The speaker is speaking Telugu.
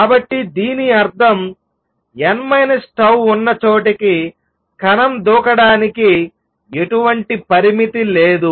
కాబట్టి దీని అర్థం n 𝜏 ఉన్న చోటికి కణం దూకడానికి ఎటువంటి పరిమితి లేదు